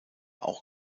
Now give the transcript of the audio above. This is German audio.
auch